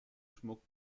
schmuck